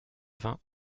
vingts